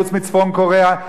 חוץ מצפון-קוריאה,